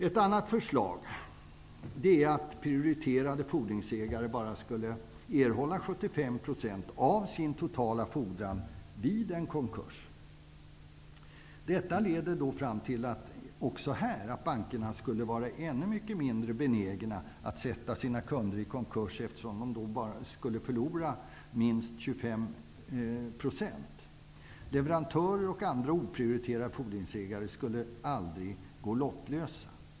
Ett annat förslag är att prioriterade fordringsägare skulle erhålla bara 75 % av sin totala fordran vid en konkurs. Detta leder till att bankerna skulle vara ännu mycket mindre benägna att sätta sina kunder i konkurs -- då skulle de förlora minst 25 %. Leverantörer och andra oprioriterade fordringsägare skulle aldrig gå lottlösa.